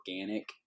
organic